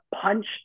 punch